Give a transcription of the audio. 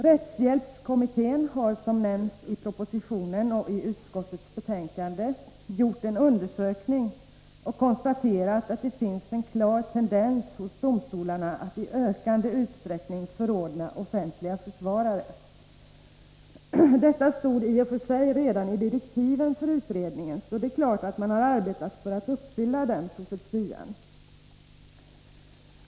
Rättshjälpskommittén har, som nämns i propositionen och i utskottets betänkande, gjort en undersökning och konstaterat att det finns en klar tendens hos domstolarna att i ökande utsträckning förordna om offentliga försvarare. Detta stod i och för sig redan i direktiven för utredningen, så det är klart att man har arbetat för att uppfylla den profetian.